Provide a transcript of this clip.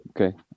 Okay